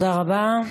תודה רבה.